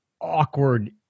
awkward